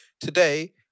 Today